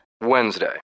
Wednesday